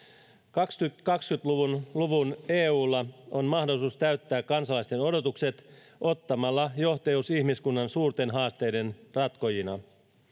kaksituhattakaksikymmentä luvun luvun eulla on mahdollisuus täyttää kansalaisten odotukset ottamalla johtajuus ihmiskunnan suurten haasteiden ratkojana